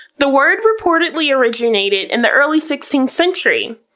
the word reportedly originated in the early sixteenth century.